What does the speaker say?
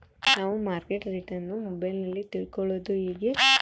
ನಾವು market rate ಅನ್ನು ಮೊಬೈಲಲ್ಲಿ ತಿಳ್ಕಳೋದು ಹೇಗೆ?